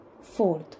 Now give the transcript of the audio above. Fourth